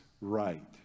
right